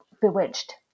bewitched